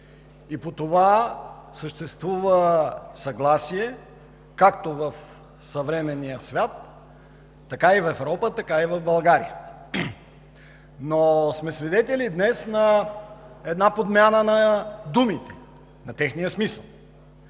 И по това съществува съгласие, както в съвременния свят, така и в Европа, така и в България. Но сме свидетели днес на една подмяна на думите, на техния смисъл.